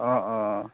অঁ অঁ